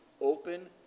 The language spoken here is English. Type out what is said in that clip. open